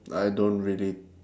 I don't really